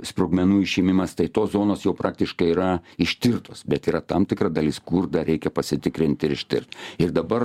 sprogmenų išėmimas tai tos zonos jau praktiškai yra ištirtos bet yra tam tikra dalis kur dar reikia pasitikrint ir ištirt ir dabar